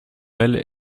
elle